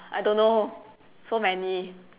I don't know so many